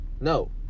No